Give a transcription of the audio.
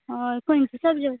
होय खंयचे सबजेक्ट